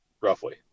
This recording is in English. roughly